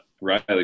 Riley